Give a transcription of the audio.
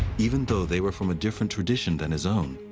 even though they were from a different tradition than his own.